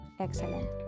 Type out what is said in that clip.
excellent